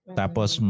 tapos